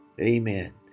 amen